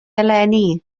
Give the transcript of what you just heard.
eleni